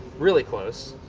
really close,